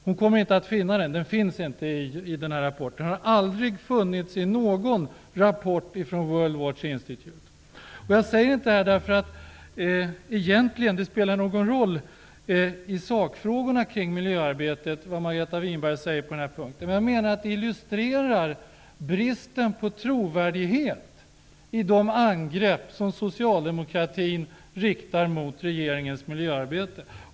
Hon kommer inte att finna den, den finns inte i denna rapport, den har aldrig funnits i någon rapport från World Watch Institute. Egentligen spelar det inte någon roll i sakfrågorna kring miljöarbetet vad Margareta Winberg säger på den här punkten. Men detta illustrerar bristen på trovärdighet i de angrepp som socialdemokratin riktar mot regeringens miljöarbete.